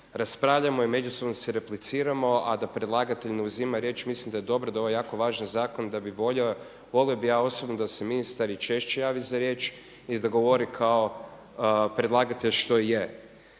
raspravljamo i međusobno se repliciramo a da predlagatelj ne uzima riječ, mislim da je dobro da ovaj jako važan zakon da bi volio, volio bih ja osobno da se ministar i češće javi za riječ i da govori kao predlagatelj što i je.